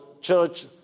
Church